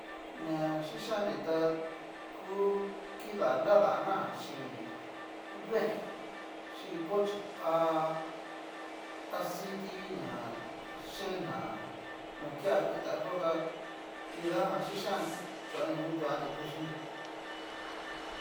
Ña yichannri ta ku kida nradana xín deen xhi cochi a aciti ña yen na ño kiavita yó ta nridajan chixan'nri ta ni kutuanri kuxhinria.